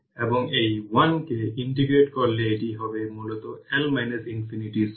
এখানে প্রথমে এই সার্কিটটি দেওয়া হয়েছে এবং পোলারিটি এর দিকে তাকান